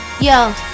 yo